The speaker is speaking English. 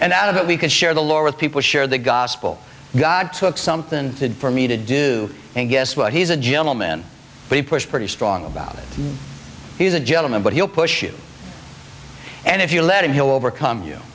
and out of that we could share the lore with people share the gospel god took something for me to do and guess what he's a gentleman but he pushed pretty strong about it he's a gentleman but he'll push you and if you let him he'll overcome you